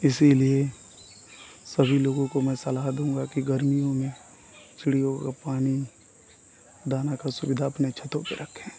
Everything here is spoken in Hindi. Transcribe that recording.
इसीलिए सभी लोगों को मैं सलाह दूँगा कि गर्मियों में चिड़ियों काे पानी दाने की सुविधा अपने छतों पर रखें